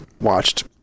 watched